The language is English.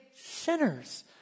sinners